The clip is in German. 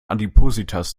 adipositas